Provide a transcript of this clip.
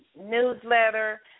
newsletter